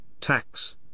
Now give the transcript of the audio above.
tax